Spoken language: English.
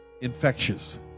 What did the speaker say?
infectious